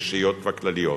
האישיות והכלליות,